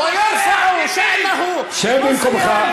( ולמרות ההתנחלות, ) שב במקומך.